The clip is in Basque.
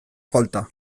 falta